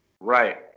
Right